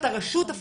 לא